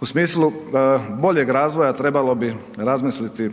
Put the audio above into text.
U smislu boljeg razvoja trebalo bi razmisliti